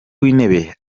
w’intebe